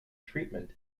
treatment